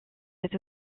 cette